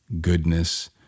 goodness